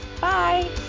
Bye